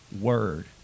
Word